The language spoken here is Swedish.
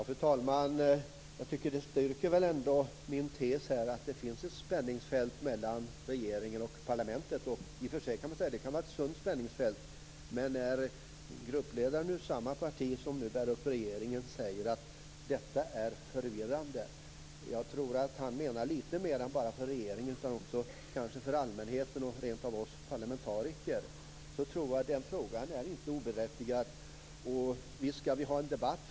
Fru talman! Det styrker min tes att det finns ett spänningsfält mellan regeringen och parlamentet. Det kan vara ett sunt spänningsfält. Men när gruppledaren ur samma parti som bär upp regeringen säger att detta är förvirrande, menar han nog mer än bara för regeringen utan även för allmänheten och rent av oss parlamentariker. Den frågan är inte oberättigad. Visst skall det finnas en debatt.